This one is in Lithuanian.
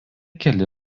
keli